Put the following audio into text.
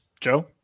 Joe